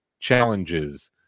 challenges